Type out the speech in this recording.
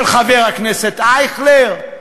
של חבר הכנסת אייכלר.